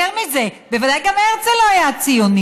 יותר מזה, בוודאי גם הרצל לא היה ציוני.